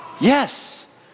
Yes